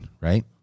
right